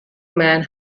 men